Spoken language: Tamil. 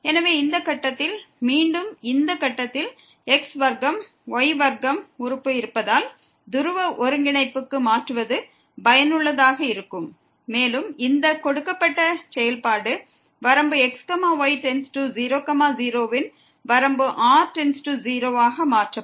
எனவே இந்த கட்டத்தில் மீண்டும் இந்த கட்டத்தில் x வர்க்கம் y வர்க்கம் உறுப்பு இருப்பதால் துருவ ஒருங்கிணைப்புக்கு மாற்றுவது பயனுள்ளதாக இருக்கும் மேலும் இந்த கொடுக்கப்பட்ட செயல்பாடு வரம்பு x y→0 0 இன் வரம்பு r→0 ஆக மாற்றப்படும்